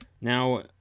now